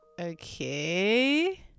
okay